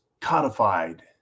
codified